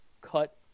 cut